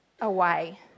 away